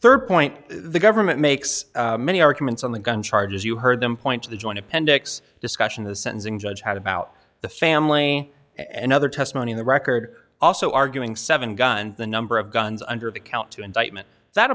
third point the government makes many arguments on the gun charges you heard them point to the joint appendix discussion the sentencing judge had about the family and other testimony in the record also arguing seven gun the number of guns under the count two indictment that